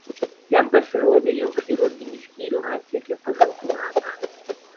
jam pasirodė jog chirurginį skyrių atsekė pagal kvapą